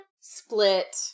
split